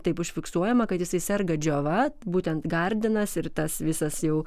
taip užfiksuojama kad jisai serga džiova būtent gardinas ir tas visas jau